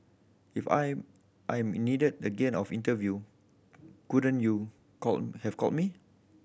if I am needed again of interview couldn't you call have called me